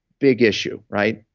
big issue, right?